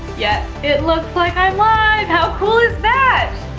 yet it looks like i'm live, how cool is that?